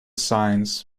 signs